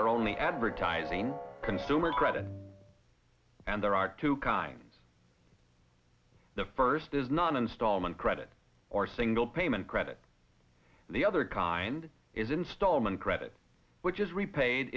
are only advertising consumer credit and there are two kinds the first is not an installment credit or single payment credit the other kind is installment credit which is repaid